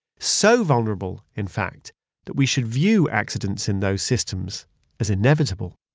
so vulnerable in fact that we should view accidents in those systems as inevitable.